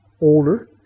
older